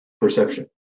perception